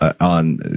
on